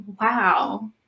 wow